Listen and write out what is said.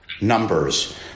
Numbers